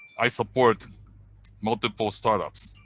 i support multiple startups.